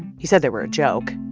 he said they were a joke.